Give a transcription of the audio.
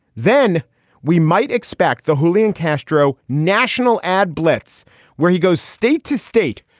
then we might expect the julian castro national ad blitz where he goes state to state.